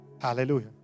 Hallelujah